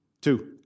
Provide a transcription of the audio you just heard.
Two